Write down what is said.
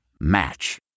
match